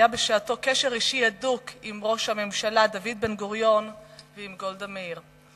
היה בשעתו קשר אישי הדוק עם ראש הממשלה דוד בן-גוריון ועם גולדה מאיר.